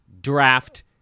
draft